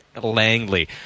Langley